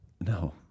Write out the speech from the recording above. No